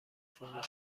فرم